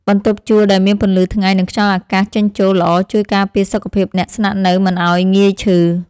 បន្ទប់ជួលដែលមានពន្លឺថ្ងៃនិងខ្យល់អាកាសចេញចូលល្អជួយការពារសុខភាពអ្នកស្នាក់នៅមិនឱ្យងាយឈឺ។